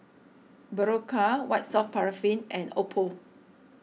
Berocca White Soft Paraffin and Oppo